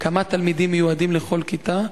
כמה תלמידים מיועדים לכל כיתה,